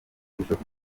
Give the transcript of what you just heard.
kirusheho